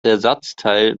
ersatzteil